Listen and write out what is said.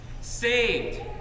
Saved